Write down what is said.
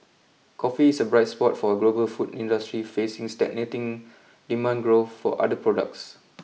Coffee is a bright spot for a global food industry facing stagnating demand growth for other products